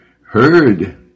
heard